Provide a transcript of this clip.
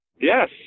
Yes